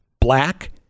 Black